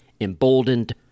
emboldened